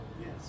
yes